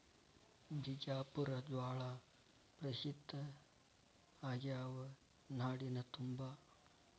ಬಿಜಾಪುರ ಜ್ವಾಳಾ ಪ್ರಸಿದ್ಧ ಆಗ್ಯಾವ ನಾಡಿನ ತುಂಬಾ